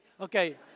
Okay